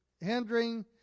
hindering